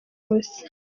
hose